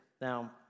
Now